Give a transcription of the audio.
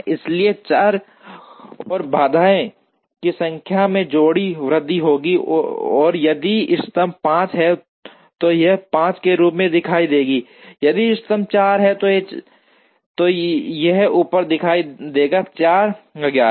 इसलिए चर और बाधाओं की संख्या में थोड़ी वृद्धि होगी और यदि इष्टतम 5 है तो यह 5 के रूप में दिखाई देगा यदि इष्टतम 4 है तो यह ऊपर दिखाई देगा ४ वगैरह